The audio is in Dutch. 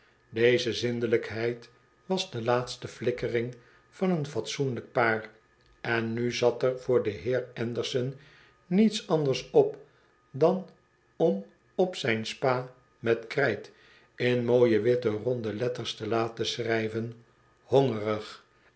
deze zindelijkheid was de laatste flikkering van een fatsoenlijke paar en nu zat er voor den heer anderson niets anders op dan om op zijn spa met krijt in mooie witte ronde letters te laten schrijven hongerig